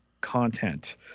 content